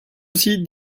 sieht